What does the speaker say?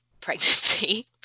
pregnancy